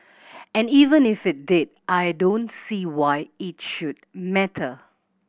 and even if it did I don't see why it should matter